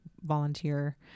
volunteer